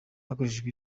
hakoreshejwe